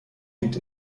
liegt